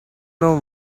know